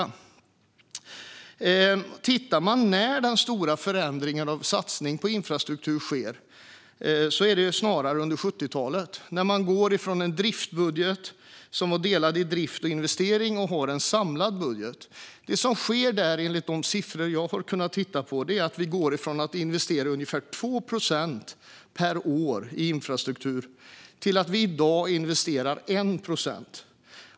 Om man ser till när den stora förändringen av satsning på infrastruktur skedde märker man att det snarast var under 70-talet. Då gick man från en budget som var delad i drift och investering och fick i stället en samlad budget. Det som skedde då, enligt de siffror jag har kunnat se, är att vi gick från att investera ungefär 2 procent per år i infrastruktur till att i dag investera 1 procent.